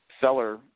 Seller